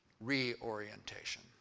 reorientation